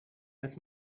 als